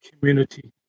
Community